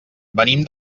venim